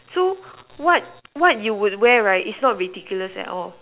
so what what would you wear is not ridiculous at all